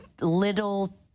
little